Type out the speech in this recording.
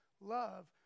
love